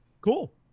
Cool